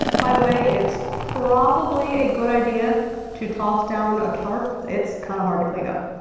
by the way, it's probably a good idea to toss down a tarp. it's kinda hard to clean up.